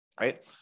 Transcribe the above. right